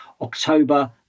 October